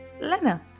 Lena